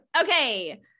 okay